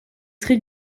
très